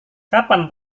kapan